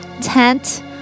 tent